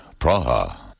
Praha